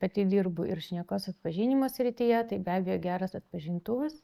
pati dirbu ir šnekos atpažinimo srityje tai be abejo geras atpažintuvas